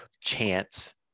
chance